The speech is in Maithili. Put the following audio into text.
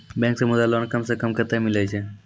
बैंक से मुद्रा लोन कम सऽ कम कतैय मिलैय छै?